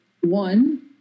one